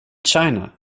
china